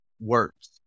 words